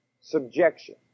Subjection